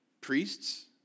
priests